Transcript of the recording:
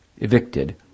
Evicted